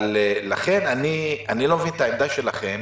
-- לכן אני לא מבין את העמדה שלכם,